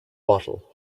bottle